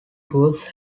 groups